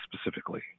specifically